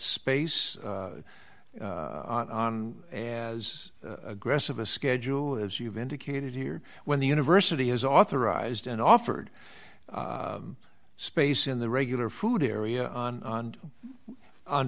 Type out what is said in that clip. space on an as aggressive a schedule as you've indicated here when the university has authorized and offered space in the regular food area on on on